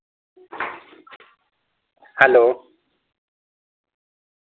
hello